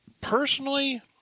personally